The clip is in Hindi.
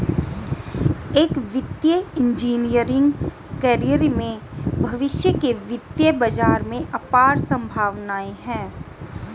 एक वित्तीय इंजीनियरिंग कैरियर में भविष्य के वित्तीय बाजार में अपार संभावनाएं हैं